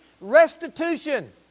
Restitution